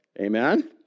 Amen